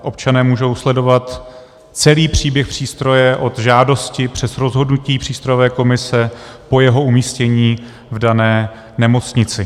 Občané můžou sledovat celý příběh přístroje od žádosti přes rozhodnutí přístrojové komise po jeho umístění v dané nemocnici.